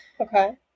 Okay